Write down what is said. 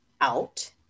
out